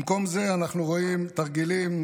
במקום זה אנחנו רואים תרגילים,